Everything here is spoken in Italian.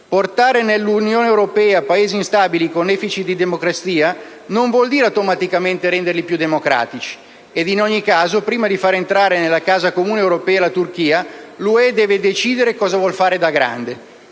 Portare nell'Unione europea Paesi instabili e con *deficit* di democrazia non vuol dire automaticamente renderli più democratici. E in ogni caso, prima di far entrare nella casa comune europea la Turchia, l'UE deve decidere «cosa vuol fare da grande».